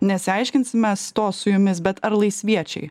nesiaiškinsim mes to su jumis bet ar laisviečiai